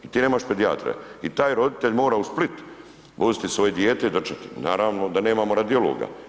I ti nemaš pedijatra i taj roditelj mora u Split voziti svoje dijete i … [[ne razumije se]] Naravno da nemamo radiologa.